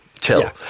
chill